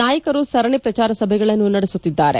ನಾಯಕರು ಸರಣಿ ಪ್ರಚಾರ ಸಭೆಗಳನ್ನು ನಡೆಸುತ್ತಿದ್ದಾರೆ